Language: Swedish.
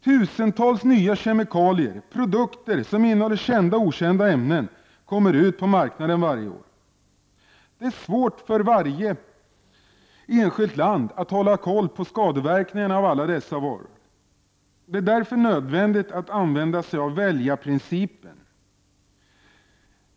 Tusentals nya kemikalier och produkter som innehåller kända och okända ämnen kommer ut på marknaden varje år. Det är svårt för ett enskilt land att ha kontroll på skadeverkningarna av alla dessa varor. Det är därför nödvändigt att använda sig av väljarprincipen.